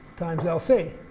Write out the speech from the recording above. times lc.